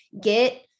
get